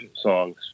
songs